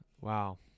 Wow